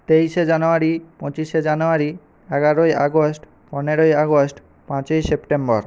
তেইশে জানুয়ারি পঁচিশে জানুয়ারি এগারোই আগস্ট পনেরোই আগস্ট পাঁচই সেপ্টেম্বর